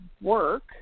work